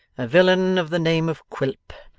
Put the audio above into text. a villain of the name of quilp,